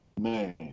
Man